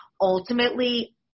ultimately